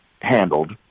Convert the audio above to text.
handled